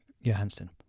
Johansson